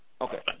okay